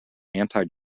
anti